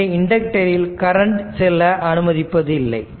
எனவே இண்டக்ரில் கரண்ட் செல்ல அனுமதிப்பதில்லை